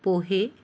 पोहे